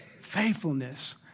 Faithfulness